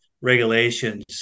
regulations